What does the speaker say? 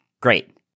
great